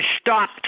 stop